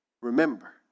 Remember